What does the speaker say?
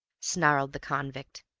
snarled the convict.